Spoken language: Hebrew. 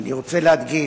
אני רוצה להגיד,